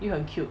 又很 cute